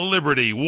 liberty